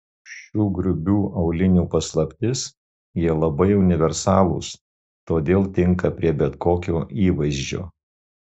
šių grubių aulinių paslaptis jie labai universalūs todėl tinka prie bet kokio įvaizdžio